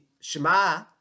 Shema